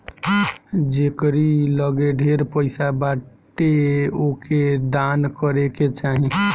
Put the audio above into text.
जेकरी लगे ढेर पईसा बाटे ओके दान करे के चाही